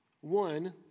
One